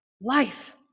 life